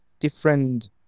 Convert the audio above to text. different